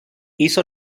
hizo